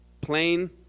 Plain